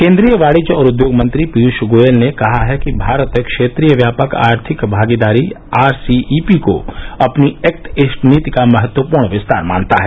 केन्द्रीय वाणिज्य और उद्योग मंत्री पीयूष गोयल ने कहा है कि भारत क्षेत्रीय व्यापक आर्थिक भागीदारी आरसीईपी को अपनी एक्ट ईस्ट नीति का महत्वपूर्ण विस्तार मानता है